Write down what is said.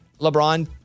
LeBron